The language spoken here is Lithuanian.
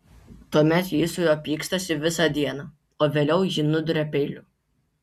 tuomet ji su juo pykstasi visą dieną o vėliau jį nuduria peiliu